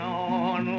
on